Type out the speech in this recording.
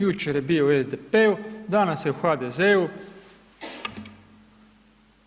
Jučer je bio u SDP-u, danas je u HDZ-u.